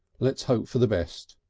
let's hope for the best.